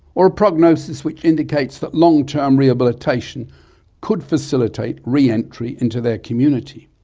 or a prognosis which indicates that long term rehabilitation could facilitate re-entry into their community?